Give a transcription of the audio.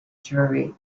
jury